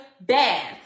bad